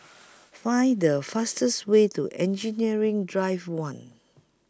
Find The fastest Way to Engineering Drive one